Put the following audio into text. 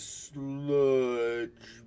sludge